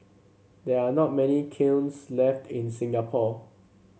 there are not many kilns left in Singapore